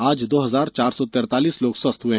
आज दो हजार चार सौ तैतालीस लोग स्वस्थ हुए